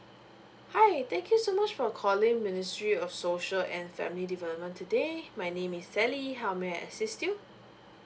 hi thank you so much for calling ministry of social and family development today my name is sally how may I assist you